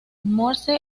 morse